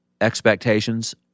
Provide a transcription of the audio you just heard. expectations